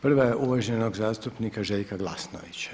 Prva je uvaženog zastupnika Željka Glasnovića.